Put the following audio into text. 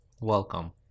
welcome